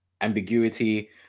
ambiguity